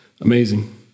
amazing